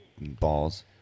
balls